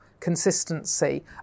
consistency